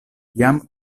jam